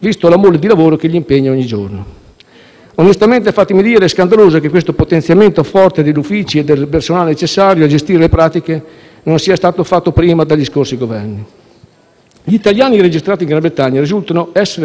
Onestamente, fatemi dire, è scandaloso che questo potenziamento forte degli uffici e del personale necessario a gestire le pratiche non sia stato fatto prima, dagli scorsi Governi. Gli italiani registrati in Gran Bretagna risultano essere oltre 330.000.